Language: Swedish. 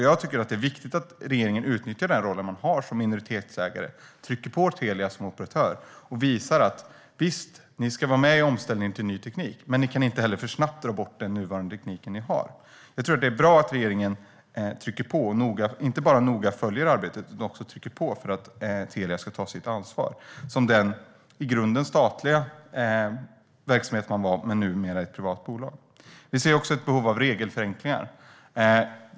Jag tycker att det är viktigt att regeringen utnyttjar den roll man har som minoritetsägare och trycker på Telia som operatör: Visst, ni ska vara med i omställningen till ny teknik, men ni kan inte för snabbt dra bort den nuvarande teknik ni har. Jag tror att det är bra att regeringen trycker på, att man inte bara noga följer arbetet utan också trycker på för att Telia ska ta sitt ansvar. Telia var i grunden en statlig verksamhet men är numera ett privat bolag. Vi ser också ett behov av regelförenklingar.